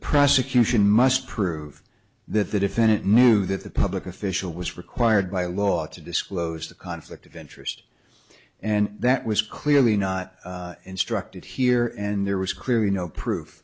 prosecution must prove that the defendant knew that the public official was required by law to disclose the conflict of interest and that was clearly not instructed here and there was clearly no proof